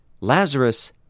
Lazarus